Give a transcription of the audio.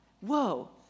whoa